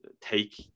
take